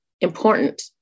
important